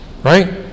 Right